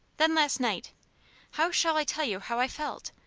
then last night how shall i tell you how i felt?